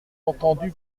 entendu